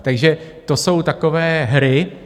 Takže to jsou takové hry.